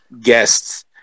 guests